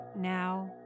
now